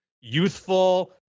youthful